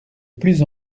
plus